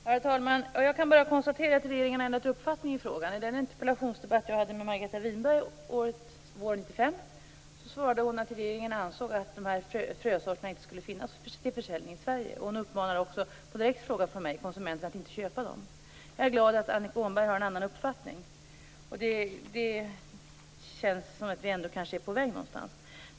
Herr talman! Jag kan bara konstatera att regeringen har ändrat uppfattning i frågan. I den interpellationsdebatt jag hade med Margareta Winberg våren 1995 svarade hon att regeringen ansåg att dessa frösorter inte skulle finnas till försäljning i Sverige. Hon uppmanade också på en direkt fråga från mig konsumenter att inte köpa dem. Jag är glad att Annika Åhnberg har en annan uppfattning. Det känns som att vi ändå är på väg någonstans.